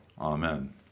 Amen